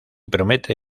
promete